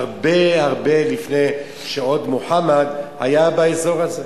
עוד הרבה הרבה לפני שמוחמד היה באזור הזה.